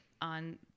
on